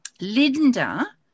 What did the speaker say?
Linda